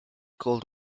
cold